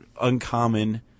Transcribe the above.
uncommon